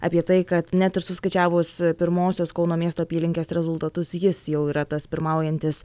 apie tai kad net ir suskaičiavus pirmosios kauno miesto apylinkės rezultatus jis jau yra tas pirmaujantis